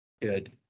good